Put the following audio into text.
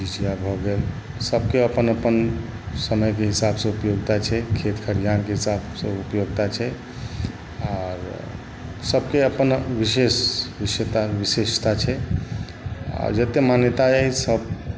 झिझिया भऽ गेल सभके अपन अपन समयके हिसाबसँ उपयोगिता छै खेत खलिहानके हिसाबसँ उपयोगिता छै आर सभके अपन विशेष विशेषता छै आ जते मान्यता अहि सभ